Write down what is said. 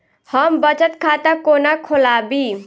हम बचत खाता कोना खोलाबी?